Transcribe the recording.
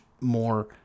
more